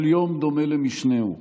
כל יום דומה למשנהו.